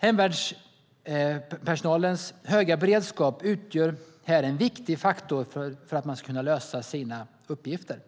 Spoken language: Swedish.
Hemvärnspersonalens höga beredskap utgör här en viktig faktor för att man ska kunna lösa sina uppgifter.